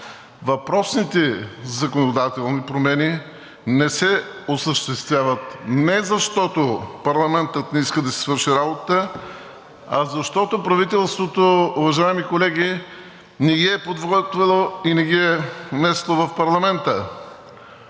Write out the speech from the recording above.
Въпросните законодателни промени не се осъществяват не защото парламентът не иска да си свърши работата, а защото правителството, уважаеми колеги, не ги е подготвило и не ги е внесло в парламента.